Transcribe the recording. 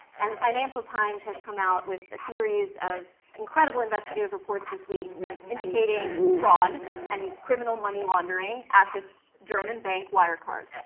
and the financial times has come out with a series of incredible investigative reports this week indicating fraud and criminal money laundering at this german bank, wirecard.